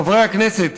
חברי הכנסת,